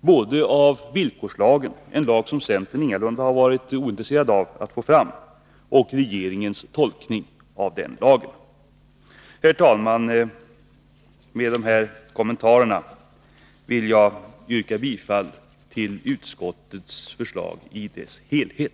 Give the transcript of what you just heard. både av villkorslagen — en lag som centern ingalunda har varit ointresserad av att få fram — och av regeringens tolkning av den lagen. Herr talman! Med dessa kommentarer vill jag yrka bifall till utskottets förslag i dess helhet.